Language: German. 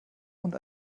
und